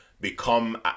become